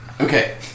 Okay